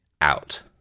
out